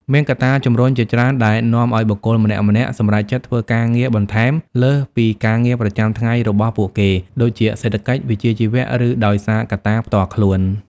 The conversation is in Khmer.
មានកត្តាជំរុញជាច្រើន ដែលនាំឱ្យបុគ្គលម្នាក់ៗសម្រេចចិត្តធ្វើការងារបន្ថែមលើសពីការងារប្រចាំរបស់ពួកគេ ដូចជា សេដ្ឋកិច្ច វិជ្ជាជីវៈ ឬដោយសារកត្តាផ្ទាល់ខ្លួន។